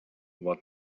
what